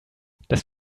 das